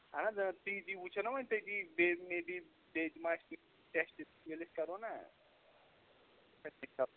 اَہن حظ تی تی وٕچھو نہ وَنۍ تٔتی بیٚیہِ تہِ مہ آسہِ ٹٮ۪سٹ ییٚلہِ أسۍ کرو نہ